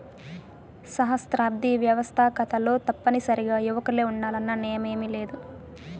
సహస్రాబ్ది వ్యవస్తాకతలో తప్పనిసరిగా యువకులే ఉండాలన్న నియమేమీలేదు